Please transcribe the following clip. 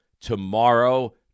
tomorrow